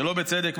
שלא בצדק,